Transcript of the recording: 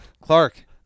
Clark